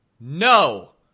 No